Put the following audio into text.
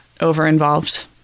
over-involved